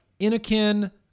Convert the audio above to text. Inakin